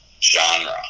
genre